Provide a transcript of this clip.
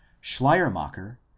schleiermacher